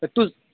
तूच